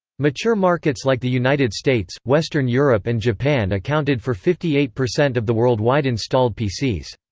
mature markets like the united states, western europe and japan accounted for fifty eight percent of the worldwide installed pcs.